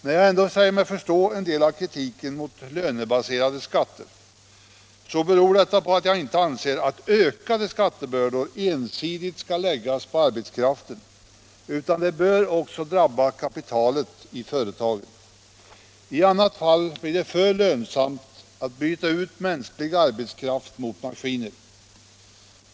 När jag ändå säger mig förstå en del av kritiken mot lönebaserade skatter beror det på att jag inte anser att ökade skattebördor ensidigt skall läggas på arbetskraften, utan de bör också drabba kapitalet i företagen. I annat fall blir det för lönsamt att byta ut mänsklig arbetskraft mot maskiner.